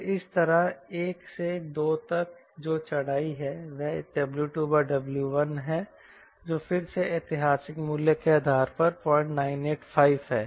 फिर इसी तरह 1 से 2 तक जो चढ़ाई है यह W2W1 है जो फिर से ऐतिहासिक मूल्य के आधार पर 0985 है